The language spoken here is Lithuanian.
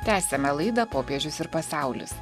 tęsiame laidą popiežius ir pasaulis